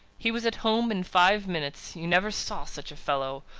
he was at home in five minutes. you never saw such a fellow.